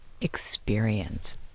experience